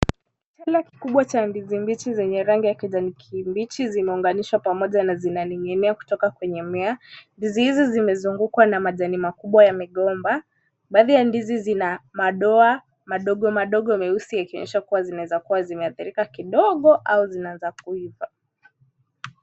Kitele kikubwa cha ndizi mbichi zenye rangi ya kijani kibichi zimeunganishwa pamoja na zinaning'inia kutoka kwenye mmea. Ndizi hizi zimezungukwa na majani makubwa ya migomba. Baadhi ya ndizi zina madoa madogo madogo meusi ikionyesha kuwa zinaweza kuwa zimeadhirika kidogo au zinaanza kuiva.